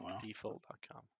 default.com